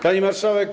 Pani Marszałek!